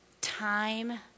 time